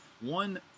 one